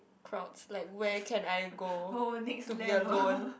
crowds like where can I go to be alone